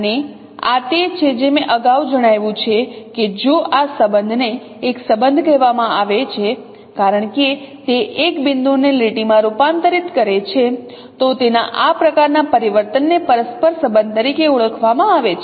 અને આ તે છે જે મેં અગાઉ જણાવ્યું છે કે જો આ સંબંધને એક સંબંધ કહેવામાં આવે છે કારણ કે તે એક બિંદુને લીટીમાં રૂપાંતરિત કરે છે તો તેના આ પ્રકારના પરિવર્તન ને પરસ્પર સંબંધ તરીકે ઓળખવામાં આવે છે